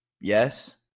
yes